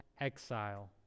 exile